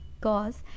Cause